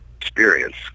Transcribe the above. experience